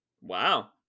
wow